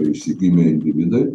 išsigimę individai